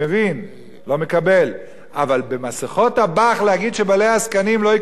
אבל להגיד שבעלי הזקנים לא יקבלו מסכות אב"כ זו הפקרה,